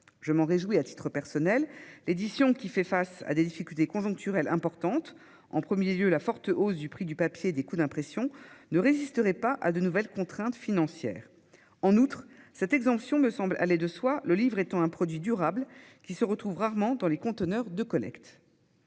Je m'en réjouis à titre personnel : l'édition fait face à des difficultés conjoncturelles importantes, comme la forte hausse du prix du papier et des coûts d'impression ; elle ne résisterait pas à de nouvelles contraintes financières. En outre, cette exemption me semble aller de soi, le livre étant un produit durable qui se retrouve rarement dans les conteneurs de collecte.